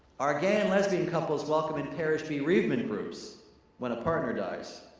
are gay and lesbian couples welcome in parish bereavement groups when a partner dies?